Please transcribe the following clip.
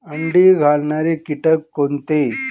अंडी घालणारे किटक कोणते?